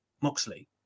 Moxley